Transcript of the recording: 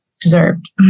deserved